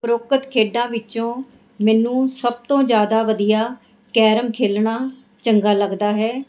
ਉਪਰੋਕਤ ਖੇਡਾਂ ਵਿੱਚੋਂ ਮੈਨੂੰ ਸਭ ਤੋਂ ਜ਼ਿਆਦਾ ਵਧੀਆ ਕੈਰਮ ਖੇਲਣਾ ਚੰਗਾ ਲੱਗਦਾ ਹੈ